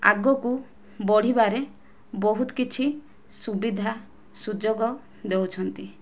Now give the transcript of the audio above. ଆଗକୁ ବଢ଼ିବାରେ ବହୁତ କିଛି ସୁବିଧା ସୁଯୋଗ ଦେଉଛନ୍ତି